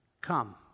Come